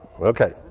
Okay